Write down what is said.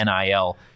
NIL